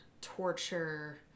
torture